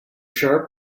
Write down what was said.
sharp